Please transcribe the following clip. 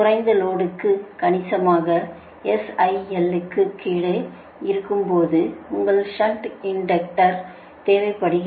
குறைந்த லோடுகளுக்கு கணிசமாக SIL க்குக் கீழே இருக்கும்போது உங்களுக்கு ஷன்ட் இன்டெக்டர் தேவைப்படும்